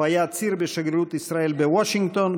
הוא היה ציר בשגרירות ישראל בוושינגטון,